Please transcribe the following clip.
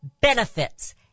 benefits